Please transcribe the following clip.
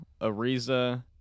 Ariza